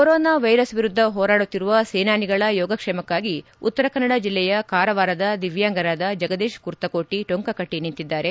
corona virus ವಿರುದ್ಧ ಹೋರಾಡುತ್ತಿರುವ ಸೇನಾನಿಗಳ ಯೋಗಕ್ಷೇಮಕ್ಕಾಗಿ ಉತ್ತರಕನ್ನಡ ಜಿಲ್ಲೆಯ ಕಾರವಾರದ ದಿವ್ಯಾಂಗರಾದ ಜಗದೀಶ ಕುರ್ತಕೋಟಿ ಟೊಂಕಕಟ್ಟೆ ನಿಂತಿದ್ದಾರೆ